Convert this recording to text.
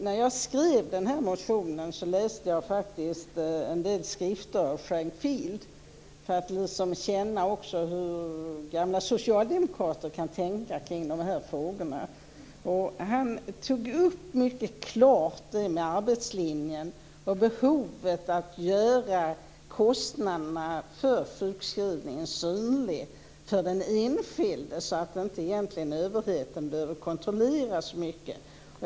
När jag skrev den här motionen läste jag faktiskt en del skrifter av Frank Field för att känna hur gamla socialdemokrater kan tänka kring de här frågorna. Han tog upp mycket klart detta med arbetslinjen och behovet att göra kostnaderna för sjukskrivningen synlig för den enskilde så att överheten egentligen inte behöver kontrollera så mycket.